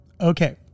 Okay